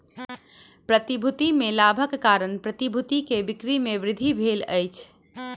प्रतिभूति में लाभक कारण प्रतिभूति के बिक्री में वृद्धि भेल अछि